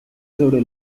sobre